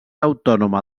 autònoma